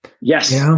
Yes